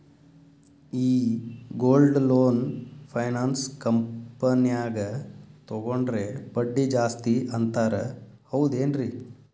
ಈ gold loan finance ಕಂಪನ್ಯಾಗ ತಗೊಂಡ್ರೆ ಬಡ್ಡಿ ಜಾಸ್ತಿ ಅಂತಾರ ಹೌದೇನ್ರಿ?